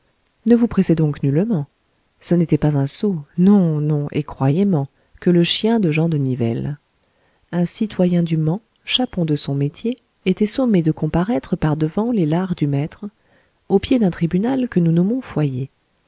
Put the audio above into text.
ne vous pressez donc nullement ce n'était pas un sot non non et croyez men que le chien de jean de nivelle un citoyen du mans chapon de son métier était sommé de comparaître par devant les lares du maître au pied d'un tribunal que nous nommons foyer